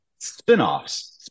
spinoffs